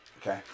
Okay